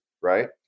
right